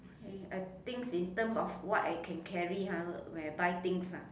okay I think in terms of what I can carry ha when I buy things ah